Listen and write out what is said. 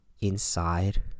inside